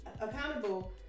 accountable